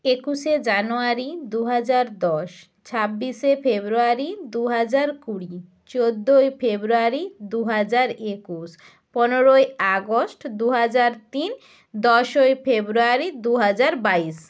একুশে জানুয়ারি দু হাজার দশ ছাব্বিশে ফেব্রুয়ারি দু হাজার কুড়ি চৌদ্দই ফেব্রুয়ারি দু হাজার একুশ পনেরোই আগস্ট দু হাজার তিন দশই ফেব্রুয়ারি দু হাজার বাইশ